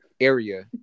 area